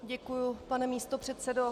Děkuji, pane místopředsedo.